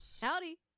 Howdy